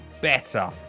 better